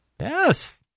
Yes